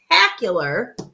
spectacular